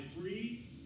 free